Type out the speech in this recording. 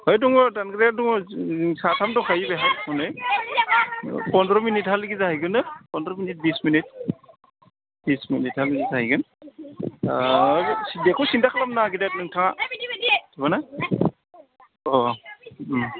है दङ दानग्राया दङ जों साथाम दंखायो दै हनै पन्द्रह मिनिट हा लागै जागोनानो फन्द्र मिनिट बिस मिनिट बिस मिनिटहालागै जाहैगोन बेखौ सिनथा खालामनाङा गेदेर नोंथांआ मिथिबायना अ